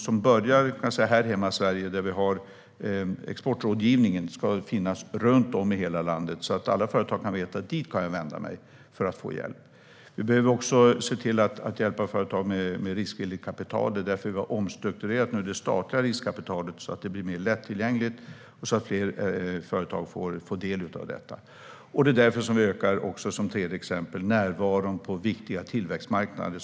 Den börjar här hemma i Sverige, där vi har exportrådgivning. Den ska finnas runt om i hela landet så att företag vet att dit kan de vända sig för att få hjälp. Vi behöver hjälpa företag med riskvilligt kapital. Det är därför vi har omstrukturerat det statliga riskkapitalet så att det blir mer lättillgängligt och fler företag får del av det. Det är också därför, som ett tredje exempel, vi ökar närvaron på viktiga tillväxtmarknader.